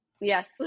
Yes